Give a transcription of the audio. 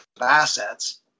assets